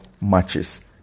matches